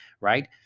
Right